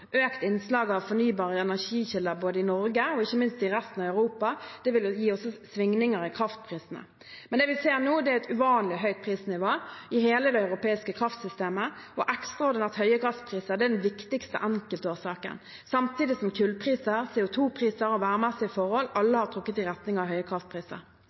Økt innslag av fornybare energikilder både i Norge og ikke minst i resten av Europa vil gi svingninger i kraftprisene, men det vi ser nå, er et uvanlig høyt prisnivå i hele det europeiske kraftsystemet. Ekstraordinært høye gasspriser er den viktigste enkeltårsaken, samtidig som kullpriser, CO 2 -priser og værmessige forhold alle har trukket i retning av høye kraftpriser.